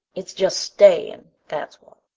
it's just staying, that's what,